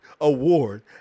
award